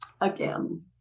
again